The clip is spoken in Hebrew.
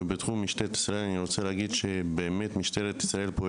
אני רוצה לומר שמשטרת ישראל,